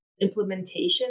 implementation